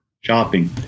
Shopping